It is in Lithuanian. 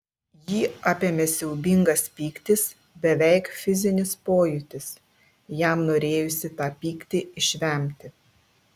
jį apėmė siaubingas pyktis beveik fizinis pojūtis jam norėjosi tą pyktį išvemti